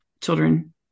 children